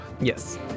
Yes